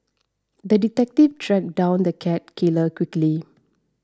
the detective tracked down the cat killer quickly